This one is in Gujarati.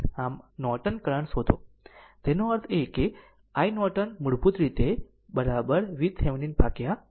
આમ નોર્ટન કરંટ શોધો તેનો અર્થ એ છે કે iNorton મૂળભૂત રીતે VThevenin ભાગ્યા R2 છે